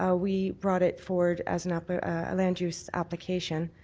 ah we brought it forward as and but a land use application.